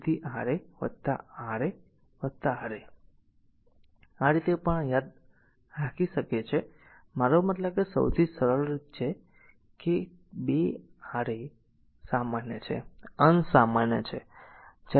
તેથી R a a R a a R a આ રીતે પણ આ યાદ રાખી શકે છે મારો મતલબ કે આ સૌથી સરળ રીત છે કે2 a R a R a સામાન્ય છે અંશ સામાન્ય છે